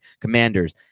commanders